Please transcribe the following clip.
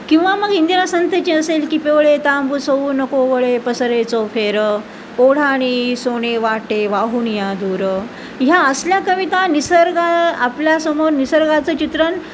किंवा मग इंदिरा संतची असेल की पिवळे तांबूस ऊन कोवळे पसरे चौफेर ओढा नेई सोने वाटे वाहुनिया दूर ह्या असल्या कविता निसर्ग आपल्यासमोर निसर्गाचं चित्रण